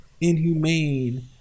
inhumane